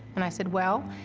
and i said, well,